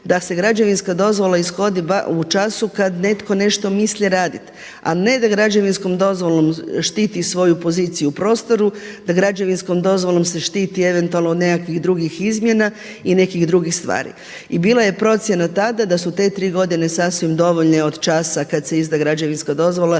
da se građevinska dozvola ishodi u času kad netko nešto misli raditi, a ne da građevinskom dozvolom štiti svoju poziciju u prostoru, da građevinskom dozvolom se štiti eventualno od nekakvih drugih izmjena i nekih drugih stvari. I bila je procjena tada da su te tri godine sasvim dovoljne od časa kada se izda građevinska dozvola